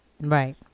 Right